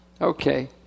Okay